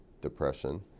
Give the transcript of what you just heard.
Depression